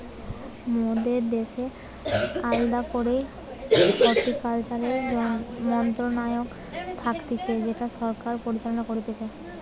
মোদের দ্যাশের আলদা করেই হর্টিকালচারের মন্ত্রণালয় থাকতিছে যেটা সরকার পরিচালনা করতিছে